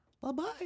Bye-bye